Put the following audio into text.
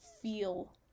feel